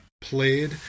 played